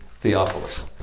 Theophilus